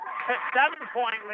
Seven-point